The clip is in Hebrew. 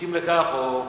מסכים לכך?